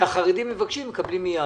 שכאשר החרדים מבקשים, הם מקבלים מייד.